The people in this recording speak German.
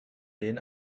denen